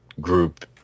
group